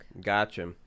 Gotcha